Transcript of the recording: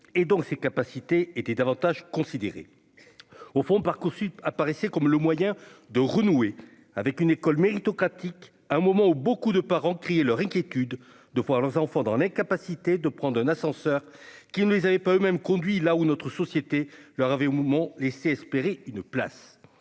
et donc ses capacités étaient davantage considéré au fond Parcoursup apparaissait comme le moyen de renouer avec une école méritocratique à un moment où beaucoup de parents crier leur inquiétude de voir leurs enfants dans l'incapacité de prendre un ascenseur qui ne les avait pas eux-mêmes conduit là où notre société leur avait au moment laisser espérer une place,